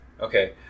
Okay